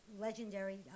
legendary